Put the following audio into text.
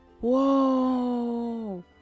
Whoa